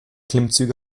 klimmzüge